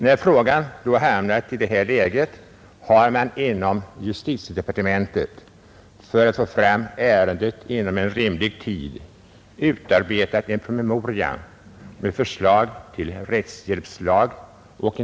När frågan hamnade i detta läge har man inom justitiedepartementet, för att få fram ärendet inom en rimlig tid, utarbetat en promemoria med förslag till rättshjälpslag.